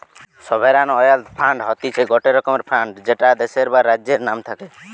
sovereign wealth fund হতিছে গটে রকমের ফান্ড যেটা দেশের বা রাজ্যের নাম থাকে